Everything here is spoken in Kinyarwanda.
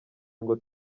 ngo